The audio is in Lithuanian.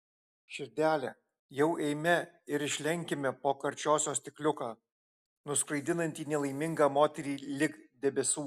širdele jau eime ir išlenkime po karčiosios stikliuką nuskraidinantį nelaimingą moterį lig debesų